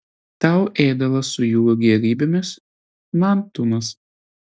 tau ėdalas su jūrų gėrybėmis man tunas